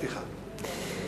סליחה.